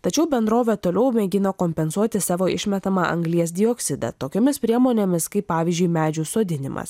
tačiau bendrovė toliau mėgina kompensuoti savo išmetamą anglies dioksidą tokiomis priemonėmis kaip pavyzdžiui medžių sodinimas